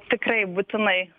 tikrai būtinai